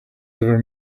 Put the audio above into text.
ever